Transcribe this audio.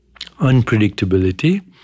unpredictability